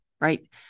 right